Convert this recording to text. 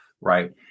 right